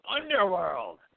underworld